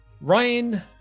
Ryan